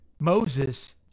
Moses